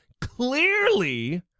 clearly